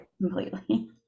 completely